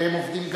והם עובדים,